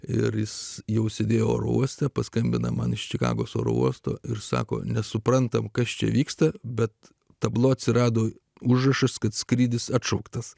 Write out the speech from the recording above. ir jis jau sėdėjo oro uoste paskambina man iš čikagos oro uosto ir sako nesuprantame kas čia vyksta bet tablo atsirado užrašas kad skrydis atšauktas